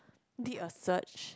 did a search